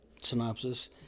synopsis